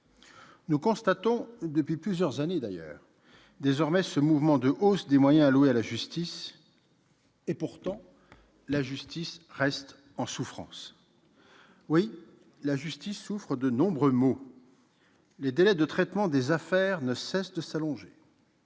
Nous constatons depuis plusieurs années, désormais, ce mouvement de hausse des moyens alloués à la justice ; et pourtant, la justice est en souffrance. Oui, la justice souffre de nombreux maux ! Les délais de traitement des affaires ne cessent de s'allonger.